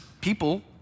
people